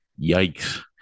yikes